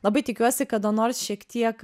labai tikiuosi kada nors šiek tiek